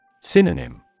Synonym